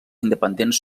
independents